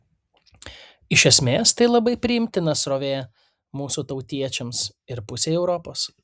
iš esmės tai labai priimtina srovė mūsų tautiečiams ir pusei europos